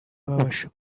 babashije